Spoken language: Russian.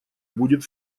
будет